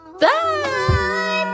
Bye